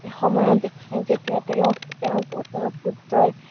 সময়ত যেতিয়া তেওঁক তেওঁৰ পুত পুত্ৰই